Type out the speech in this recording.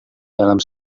dalam